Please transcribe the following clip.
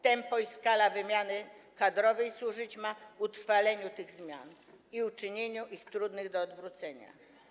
Tempo i skala wymiany kadrowej ma służyć utrwaleniu tych zmian i uczynieniu ich trudnymi do odwrócenia.